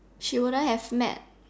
she wouldn't have met